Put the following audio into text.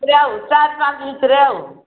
ରେଉ ଚାରି ପାଞ୍ଚ ଭିତରେ